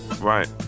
right